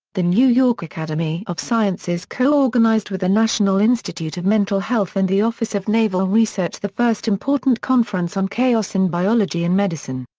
the new york academy of sciences co-organized with the national institute of mental health and the office of naval research the first important conference on chaos in biology and medicine.